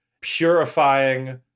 purifying